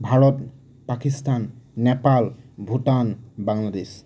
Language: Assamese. ভাৰত পাকিস্তান নেপাল ভূটান বাংলাদেশ